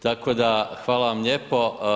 Tako da hvala vam lijepo.